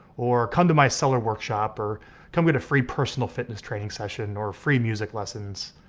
or come to my seller workshop or come get a free personal fitness training session or free music lessons,